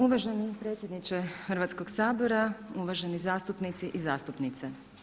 Uvaženi predsjedniče Hrvatskog sabora, uvaženi zastupnici i zastupnice.